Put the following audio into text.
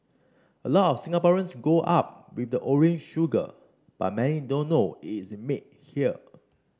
a lot of Singaporeans grow up with the orange sugar but many don't know it's made here